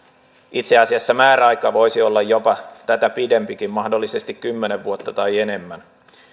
itse asiassa määräaika voisi olla jopa tätä pidempikin mahdollisesti kymmenen vuotta tai enemmän